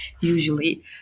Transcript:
usually